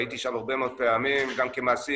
הייתי שם הרבה מאוד פעמים גם כמעסיק,